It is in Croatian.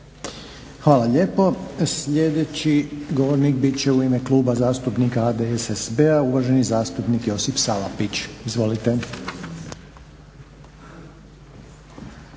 Hvala lijepo. Sljedeći govornik bit će u ime Kluba zastupnika HDSSB-a uvaženi zastupnik Josip Salapić. Izvolite.